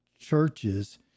churches